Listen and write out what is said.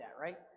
right